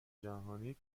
جهانی